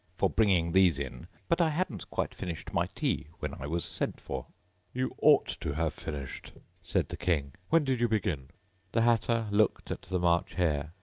for bringing these in but i hadn't quite finished my tea when i was sent for you ought to have finished said the king. when did you begin the hatter looked at the march hare,